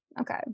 Okay